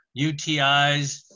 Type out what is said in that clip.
UTIs